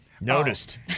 Noticed